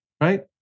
right